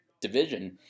division